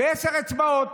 בעשר אצבעות,